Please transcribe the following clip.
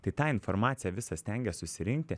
tai tą informaciją visą stengies susirinkti